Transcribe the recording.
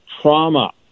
trauma